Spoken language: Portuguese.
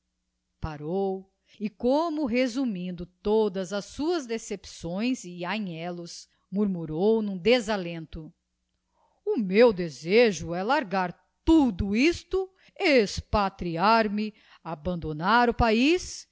parou e como resumindo todas as suas decepções e anhelos murmurou n'um desalento o meu desejo é largar tudo isto expatriar-me abandonar o paiz